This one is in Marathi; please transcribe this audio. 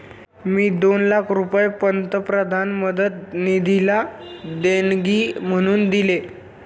मी दोन लाख रुपये पंतप्रधान मदत निधीला देणगी म्हणून दिले